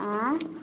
आंँय